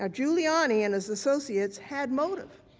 ah giuliani and his associates had motive.